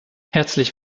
herzlich